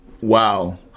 Wow